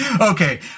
Okay